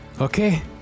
Okay